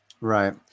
Right